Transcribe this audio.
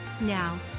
Now